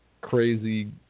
crazy